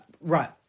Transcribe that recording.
Right